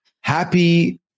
Happy